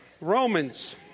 Romans